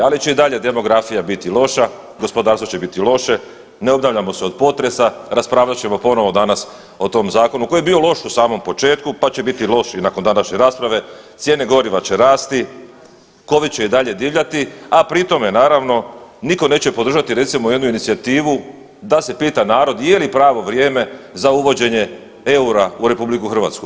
Ali će i dalje demografija biti loša, gospodarstvo će biti loše, ne obnavljamo se od potresa, raspravljat ćemo ponovo danas o tom zakonu koji je bio loš u samom početku pa će biti loš i nakon današnje rasprave, cijene goriva će rasti, Covid će i dalje divljati, a pri tome, naravno, nitko neće podržati, recimo, jednu inicijativu da se pita narod je li pravo vrijeme za uvođenje eura u RH.